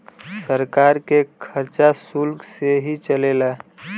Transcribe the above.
सरकार के खरचा सुल्क से ही चलेला